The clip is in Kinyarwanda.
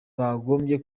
bagombye